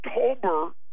October